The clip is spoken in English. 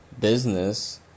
business